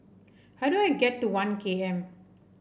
how do I get to One K M